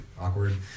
awkward